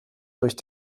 durch